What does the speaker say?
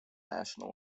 national